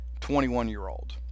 21-year-old